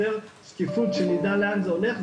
יותר שקיפות ושנדע לאן זה הולך,